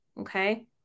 okay